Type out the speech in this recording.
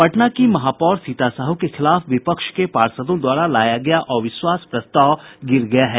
पटना की महापौर सीता साहू के खिलाफ विपक्ष के पार्षदों द्वारा लाया गया अविश्वास प्रस्ताव गिर गया है